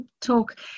talk